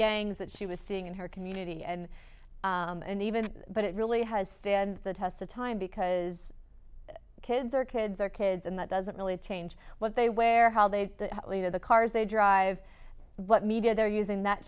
gangs that she was seeing in her community and and even but it really has stand the test of time because kids are kids are kids and that doesn't really change what they wear how they lead or the cars they drive what media they're using that